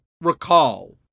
recall